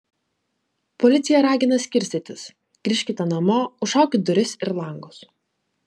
policija ragina skirstytis grįžkite namo užšaukit duris ir langus